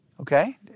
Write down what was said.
Okay